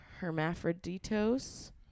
Hermaphroditos